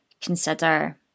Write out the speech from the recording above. consider